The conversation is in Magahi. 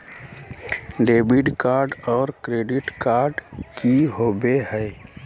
डेबिट कार्ड और क्रेडिट कार्ड की होवे हय?